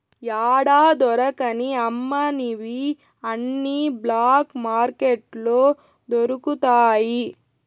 యాడా దొరకని అమ్మనివి అన్ని బ్లాక్ మార్కెట్లో దొరుకుతాయి